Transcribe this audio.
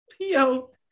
Yo